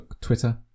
Twitter